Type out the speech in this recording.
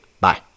Bye